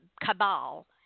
cabal